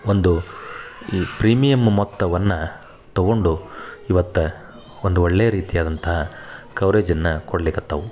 ಒಂದು ಈ ಪ್ರೀಮಿಯಮ್ ಮೊತ್ತವನ್ನು ತೊಗೊಂಡು ಇವತ್ತು ಒಂದು ಒಳ್ಳೆಯ ರೀತಿ ಆದಂತಹ ಕವ್ರೇಜನ್ನು ಕೊಡ್ಲಿಕತ್ತವೆ